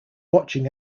watching